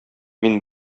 мин